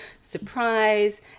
surprise